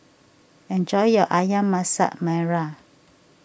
enjoy your Ayam Masak Merah